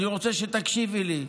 אני רוצה שתקשיבי לי.